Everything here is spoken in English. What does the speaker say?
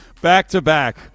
Back-to-back